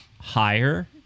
higher